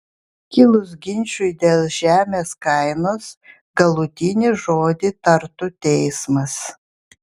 kilus ginčui dėl žemės kainos galutinį žodį tartų teismas